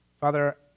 Father